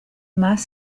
más